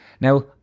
Now